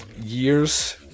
years